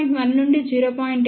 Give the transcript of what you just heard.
1 నుండి 0